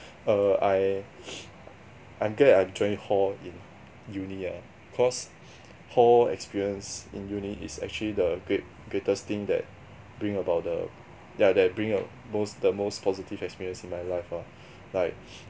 err I I'm glad I join hall in uni ah cause hall experience in uni is actually the great greatest things that bring about the ya that bring a most the most positive experience in my life ah like